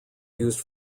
used